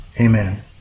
amen